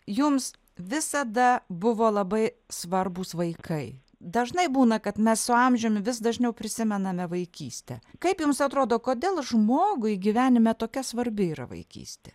jums visada buvo labai svarbūs vaikai dažnai būna kad mes su amžiumi vis dažniau prisimename vaikystę kaip jums atrodo kodėl žmogui gyvenime tokia svarbi yra vaikystė